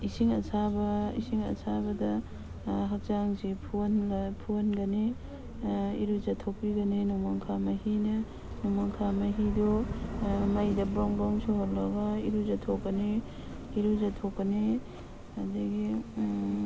ꯏꯁꯤꯡ ꯑꯁꯥꯕ ꯏꯁꯤꯡ ꯑꯁꯥꯕꯗ ꯍꯛꯆꯥꯡꯁꯤ ꯐꯨꯍꯟꯒꯅꯤ ꯏꯔꯨꯖꯊꯣꯛꯄꯤꯒꯅꯤ ꯅꯣꯡꯃꯪꯈꯥ ꯃꯍꯤꯅ ꯅꯣꯡꯃꯪꯈꯥ ꯃꯍꯤꯗꯨ ꯃꯩꯗ ꯕ꯭ꯔꯣꯡ ꯕ꯭ꯔꯣꯡ ꯁꯧꯍꯜꯂꯒ ꯏꯔꯨꯖꯊꯣꯛꯀꯅꯤ ꯏꯔꯨꯖꯊꯣꯛꯀꯅꯤ ꯑꯗꯒꯤ